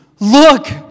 Look